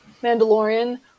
Mandalorian